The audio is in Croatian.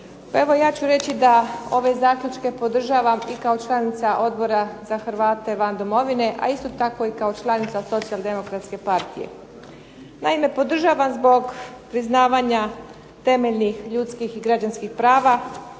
Pa evo ja ću reći da ove zaključke podržavam i kao članica Odbora za Hrvate van domovine a isto tako i kao članica Socijaldemokratske partije. Naime, podržavam zbog priznavanja temeljnih ljudskih i građanskih prava